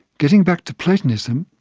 getting back to platonism,